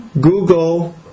Google